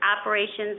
operations